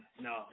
No